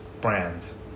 brands